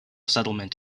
settlement